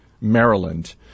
Maryland